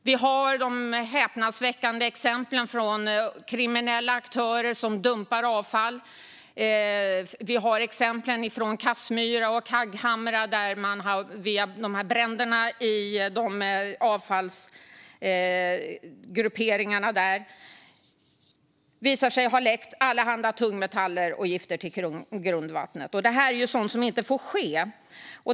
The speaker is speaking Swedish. Det finns häpnadsväckande exempel på kriminella aktörer som dumpar avfall, till exempel bränderna i avfallsgrupperingarna i Kassmyra och Kagghamra. De har läckt allehanda tungmetaller och gifter ut i grundvattnet. Det här är sådant som inte får ske.